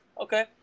okay